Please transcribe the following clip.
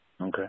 Okay